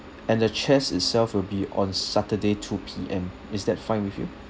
and the chess itself will be on saturday two P_M is that fine with you